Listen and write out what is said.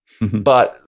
but-